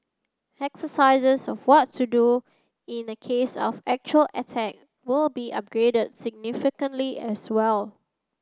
exercises on what to do in a case of actual attack will be upgraded significantly as well